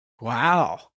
Wow